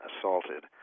assaulted